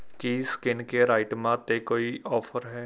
ਕੀ skin care ਆਈਟਮਾਂ 'ਤੇ ਕੋਈ ਆਫ਼ਰ ਹੈ